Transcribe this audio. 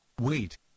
Wait